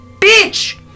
bitch